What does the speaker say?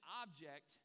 object